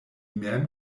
mem